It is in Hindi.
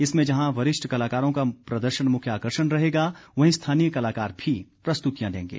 इसमें जहां वरिष्ठ कलाकारों का प्रदर्शन मुख्य आकर्षण रहेगा वहीं स्थानीय कलाकार भी प्रस्तुतियां देंगे